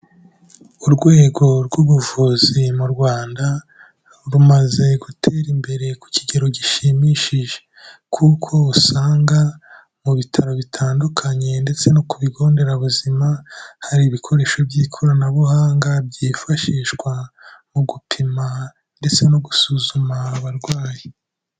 Urwego rw'ubuvuzi mu Rwanda, bumaze gutera imbere ku kigero gishimishije kuko usanga mu bitaro bitandukanye ndetse no ku bigo nderabuzima, hari ibikoresho by'ikoranabuhanga byifashishwa mu gupima ndetse no gusuzuma abarwayi.